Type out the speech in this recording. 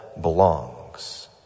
belongs